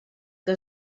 que